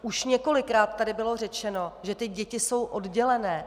Už několikrát tady bylo řečeno, že ty děti jsou oddělené.